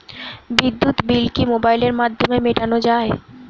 বিদ্যুৎ বিল কি মোবাইলের মাধ্যমে মেটানো য়ায়?